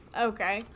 Okay